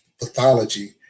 pathology